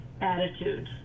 attitudes